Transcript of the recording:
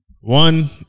One